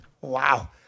Wow